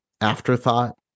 afterthought